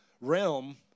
realm